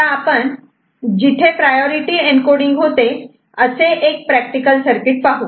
आता आपण जिथे प्रायोरिटी एन्कोडींग होते असे एक प्रॅक्टिकल सर्किट पाहू